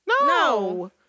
No